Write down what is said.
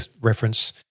reference